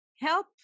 help